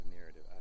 narrative